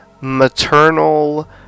maternal